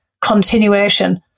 continuation